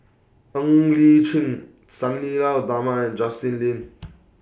Ng Li Chin Sang Nila Utama and Justin Lean